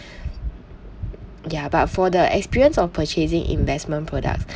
ya but for the experience of purchasing investment products